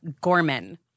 gorman